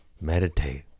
Meditate